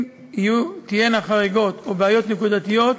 אם תהיינה חריגות או בעיות נקודתיות,